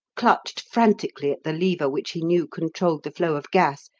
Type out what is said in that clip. clutched frantically at the lever which he knew controlled the flow of gas,